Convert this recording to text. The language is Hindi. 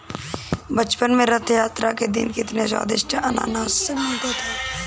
बचपन में रथ यात्रा के दिन कितने स्वदिष्ट अनन्नास मिलते थे